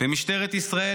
במשטרת ישראל,